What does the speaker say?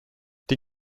die